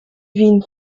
wien